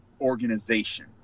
Organization